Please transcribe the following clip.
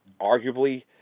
arguably